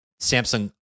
Samsung